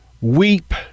weep